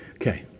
Okay